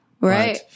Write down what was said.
Right